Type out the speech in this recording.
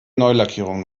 neulackierung